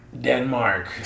Denmark